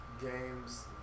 games